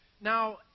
Now